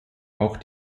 auch